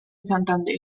santander